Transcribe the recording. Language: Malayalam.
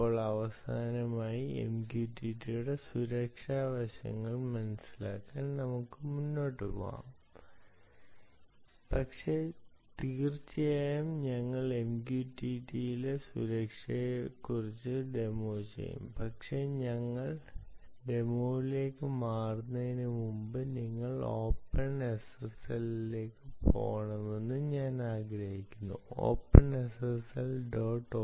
ഇപ്പോൾ അവസാനമായി MQTT യുടെ സുരക്ഷാ വശങ്ങൾ മനസിലാക്കാൻ നമുക്ക് മുന്നോട്ട് പോകാം പക്ഷേ തീർച്ചയായും ഞങ്ങൾ MQTT ലെ സുരക്ഷയെക്കുറിച്ച് ഡെമോ ചെയ്യും പക്ഷേ ഞങ്ങൾ ഡെമോകളിലേക്ക് മാറുന്നതിന് മുമ്പ് നിങ്ങൾ OpenSSL ലേക്ക് പോകണമെന്ന് ഞാൻ ആഗ്രഹിക്കുന്നു OpenSSL